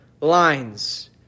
lines